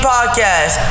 Podcast